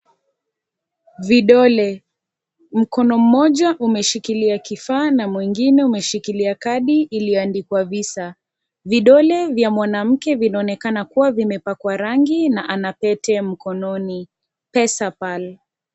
Vidole. Mkono mmoja umeshikilia kifaa na mwengine umeshikilia kadi iliyoandikwa visa. Vidole vya mwanamke vinaonekana kuwa vimepakwa rangi na ana pete mkononi. Pesa pal.